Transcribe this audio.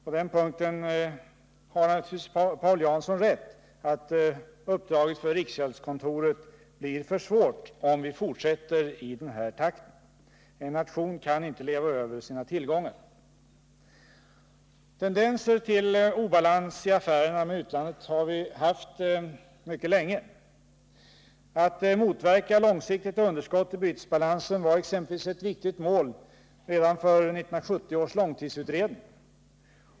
Paul Jansson har rätt i att uppdraget för riksgäldskontoret blir för svårt, om vi fortsätter i den här takten. En nation kan inte leva över sina tillgångar. Tendenser till obalans i affärerna med utlandet har vi haft mycket länge. Att motverka långsiktigt underskott i bytesbalansen var exempelvis ett viktigt mål redan för 1970 års långtidsutredning.